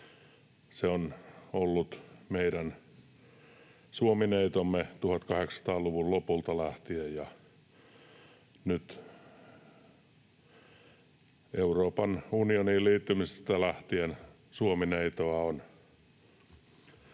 Se on ollut meidän Suomi-neitomme 1800-luvun lopulta lähtien, ja nyt Euroopan unioniin liittymisestä lähtien Suomi-neitoa on